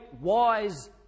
wise